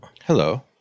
hello